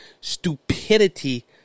stupidity